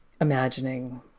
imagining